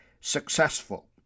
successful